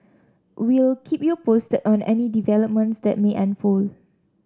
we'll keep you posted on any developments that may unfold